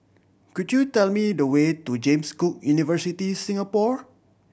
could you tell me the way to James Cook University Singapore